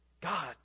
God